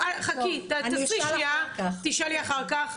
חכי, תעצרי שנייה, תשאלי אחר כך.